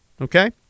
Okay